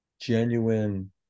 genuine